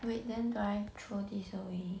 wait then do I throw this away